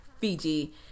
Fiji